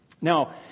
Now